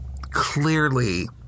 clearly